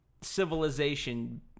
civilization